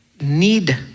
need